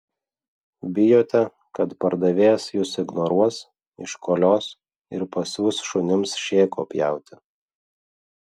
bijote kad pardavėjas jus ignoruos iškolios ir pasiųs šunims šėko pjauti